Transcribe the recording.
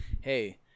hey